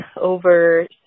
over